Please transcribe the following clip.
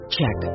Check